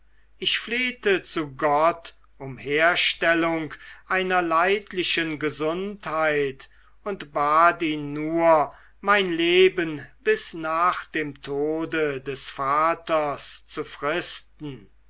ich flehte zu gott um herstellung einer leidlichen gesundheit und bat ihn nur mein leben bis nach dem tode des vaters zu fristen